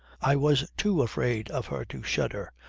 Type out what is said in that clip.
i was too afraid of her to shudder,